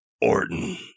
Orton